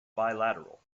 bilateral